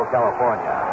California